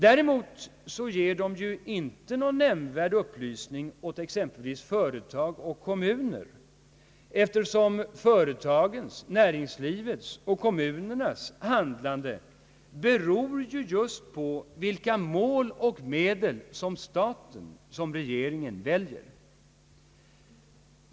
Däremot ger de inte någon nämnvärd upplysning åt exempelvis företag och kommuner, eftersom dessas liksom «näringslivets handlande beror just på vilka mål och medel som staten väljer.